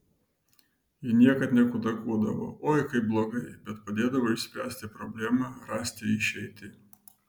ji niekada nekudakuodavo oi kaip blogai bet padėdavo išspręsti problemą rasti išeitį